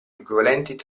equivalenti